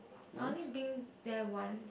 I only been there once